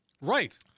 Right